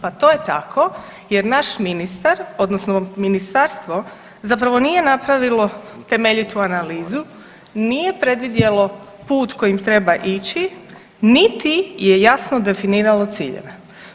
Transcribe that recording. Pa to je tako jer naš ministar odnosno ministarstvo zapravo nije napravilo temeljitu analizu, nije predvidjelo put kojim treba ići niti je jasno definiralo ciljeve.